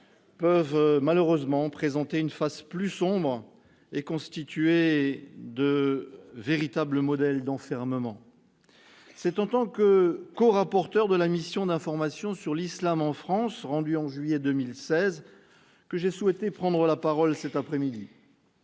en revanche, présentent une face plus sombre et constituent de véritables modèles d'enfermement. C'est en tant que corapporteur de la mission d'information sur l'islam en France, dont le rapport a été rendu en juillet 2016, que j'ai souhaité prendre la parole cet après-midi.